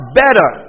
better